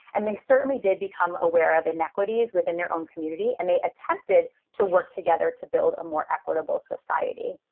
and they certainly did become aware of inequities within their own community and they attempted to work together to build a more equitable society.